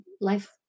life